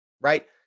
Right